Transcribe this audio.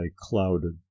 clouded